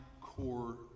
core